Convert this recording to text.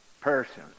person